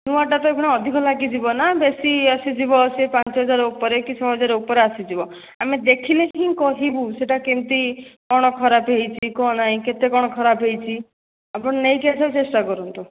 ନୂଆଟା ତ ଏଇକ୍ଷିଣା ଅଧିକ ଲାଗିଯିବ ନା ବେଶୀ ଆସିଯିବ ସେ ପାଞ୍ଚ ହଜାର ଉପରେ କି ଛଅ ହଜାର ଉପରେ ଆସିଯିବ ଆମେ ଦେଖିଲେ ହିଁ କହିବୁ ସେଇଟା କେମିତି କ'ଣ ଖରାପ ହୋଇଛି କ'ଣ ନାହିଁ କେତେ କ'ଣ ଖରାପ ହୋଇଛି ଆପଣ ନେଇକି ଆସିବାକୁ ଚେଷ୍ଟା କରନ୍ତୁ